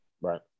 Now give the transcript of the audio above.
Right